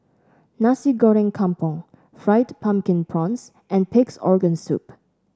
Nasi Goreng Kampung Fried Pumpkin Prawns and Pig's Organ Soup